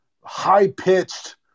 high-pitched